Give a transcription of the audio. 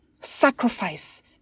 sacrifice